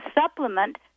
supplement